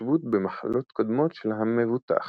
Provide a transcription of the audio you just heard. התחשבות במחלות קודמות של המבוטח.